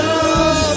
Love